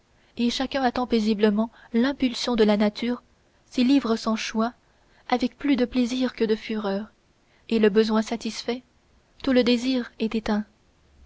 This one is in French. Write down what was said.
sauvages chacun attend paisiblement l'impulsion de la nature s'y livre sans choix avec plus de plaisir que de fureur et le besoin satisfait tout le désir est éteint